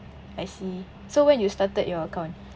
I see so when you started your account